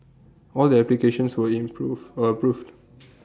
all the applications were improved approved